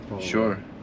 Sure